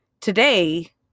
Today